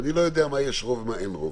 אני לא יודע למה יש רוב ולמה אין רוב,